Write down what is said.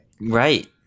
right